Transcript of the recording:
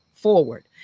forward